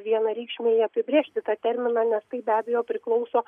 vienareikšmiai apibrėžti tą terminą nes tai be abejo priklauso